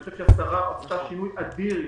ואני חושב שהשרה עשתה שינוי אדיר.